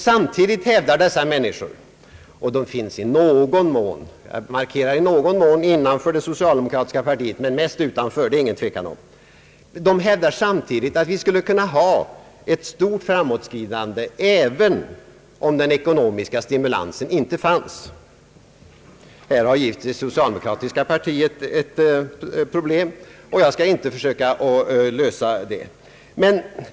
Samtidigt hävdar dessa personer — och de finns i någon mån innanför men mest utanför socialdemokratin — att vi skulle kunna ha ett stort framåtskridande även om den ekonomiska stimulansen inte fanns. Här har givetvis det socialdemokratiska partiet ett problem, och jag skall inte försöka lösa det.